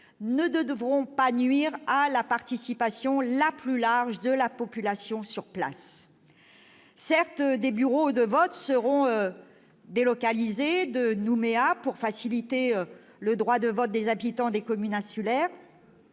ne devront pas nuire à la participation la plus large de la population sur place. Certes, des bureaux de vote seront délocalisés à Nouméa pour faciliter le droit de vote des habitants des communes insulaires,